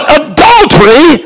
adultery